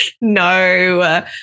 no